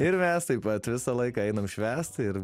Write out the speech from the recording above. ir mes taip pat visą laiką einam švęst ir